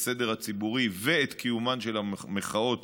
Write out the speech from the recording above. הסדר הציבורי ואת קיומן של המחאות